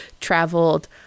traveled